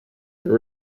their